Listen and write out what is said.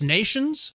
Nations